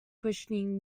questioning